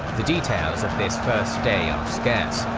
the details of this first day are scarce,